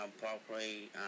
properly